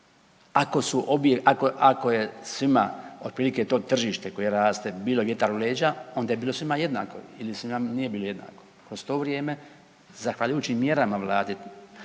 ako je svima otprilike to tržište koje raste bilo vjetar u leđa onda je bilo svima jednako ili svima nije bilo jednako. Kroz to vrijeme zahvaljujući mjerama vlade